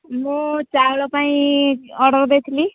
ମୁଁ ଚାଉଳ ପାଇଁ ଅର୍ଡ଼ର ଦେଇଥିଲି